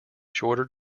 shorter